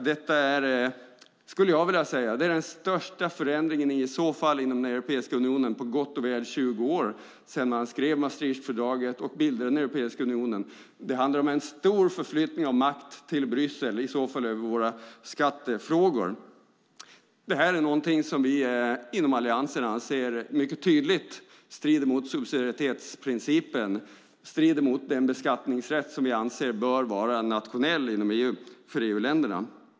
Detta är i så fall den största förändringen i Europeiska unionen på gott och väl 20 år sedan man skrev Maastrichtfördraget och bildade Europeiska unionen. Det är en stor förflyttning av makt till Bryssel över våra skattefrågor. Detta är någonting som vi inom Alliansen anser mycket tydligt strider mot subsidiaritetsprincipen och den beskattningsrätt som vi anser bör vara nationell inom EU för EU-länderna.